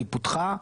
היא פותחה,